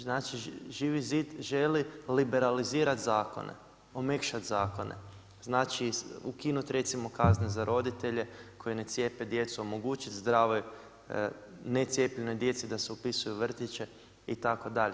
Znači, Živi zid želi liberalizirati zakone, omekšat zakone, znači ukinuti recimo kazne za roditelje koji ne cijepe djecu, omogućiti zdravoj necijepljenoj djeci da se upisuju u vrtiće itd.